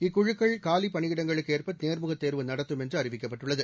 இக்குழுக்கள் காலிப்பணியிடங்களுக்கு ஏற்ப நேர்முகத் தேர்வு நடத்தும் என்று அறிவிக்கப்பட்டுள்ளது